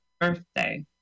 birthday